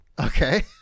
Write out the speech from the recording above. Okay